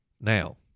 Now